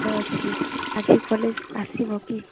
ଭଲ ଅଛି ଆଜି କଲେଜ ଆସିବ କି